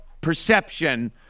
perception